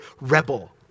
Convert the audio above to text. rebel